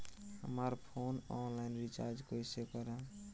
हमार phone online recharge कईसे करेम?